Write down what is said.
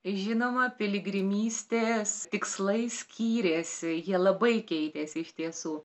žinoma piligrimystės tikslai skyrėsi jie labai keitėsi iš tiesų